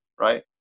right